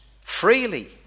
freely